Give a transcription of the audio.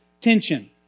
tension